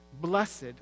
blessed